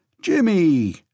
Jimmy